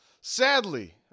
Sadly